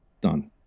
done